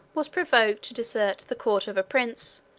was provoked to desert the court of a prince,